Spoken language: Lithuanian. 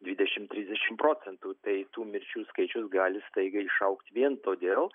dvidešim trisdešim procentų tai tų mirčių skaičius gali staigiai išaugt vien todėl